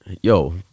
yo